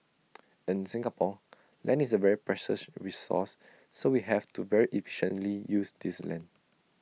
in Singapore land is A very precious resource so we have to very efficiently use this land